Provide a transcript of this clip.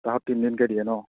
মাহত তিনিদিনকে দিয়ে ন